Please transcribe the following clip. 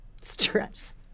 stress